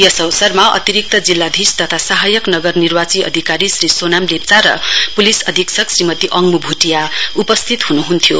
यस अवसरमा अतिरिक्त जिल्लाधीश तथा सहायक नगर निर्वाची अधिकारी श्री सोनाम लेप्चा र पुलिस अधीक्षक श्रीमती अङमू भुटिया उपस्थित हुनुहन्थ्यो